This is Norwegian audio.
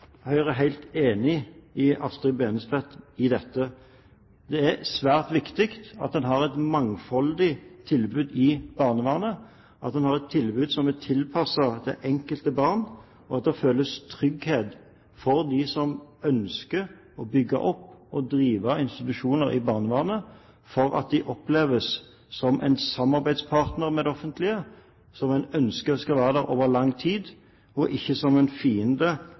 Høyre er helt enig med Astrid Benestvedt i dette. Det er svært viktig at man har et mangfoldig tilbud i barnevernet, at man har et tilbud som er tilpasset det enkelte barn, at det føles trygt for dem som ønsker å bygge opp og drive institusjoner i barnevernet, slik at de oppleves som en samarbeidspartner som det offentlige ønsker skal være der over lang tid, og ikke som en fiende,